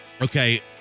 Okay